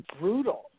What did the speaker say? brutal